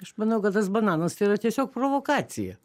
aš manau kad tas bananas tai yra tiesiog provokacija